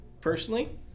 personally